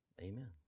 Amen